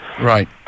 Right